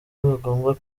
bagomba